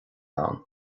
ann